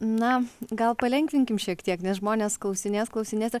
na gal palengvinkim šiek tiek nes žmonės klausinės klausinės ir